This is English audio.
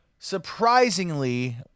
surprisingly